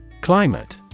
Climate